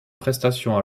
prestation